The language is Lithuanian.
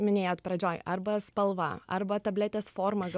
minėjot pradžioj arba spalva arba tabletės forma gal